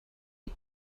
die